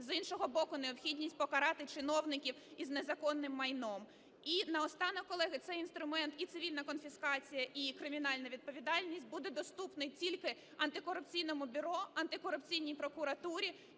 з іншого – необхідність покарати чиновників із незаконним майном. І наостанок, колеги, цей інструмент - і цивільна конфіскація, і кримінальна відповідальність - буде доступний тільки антикорупційному бюро, антикорупційній прокуратурі